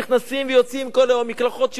נכנסים ויוצאים כל יום מהמקלחות,